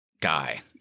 guy